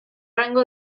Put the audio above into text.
rango